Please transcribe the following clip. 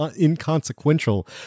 inconsequential